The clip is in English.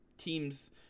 Teams